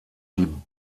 die